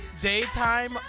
daytime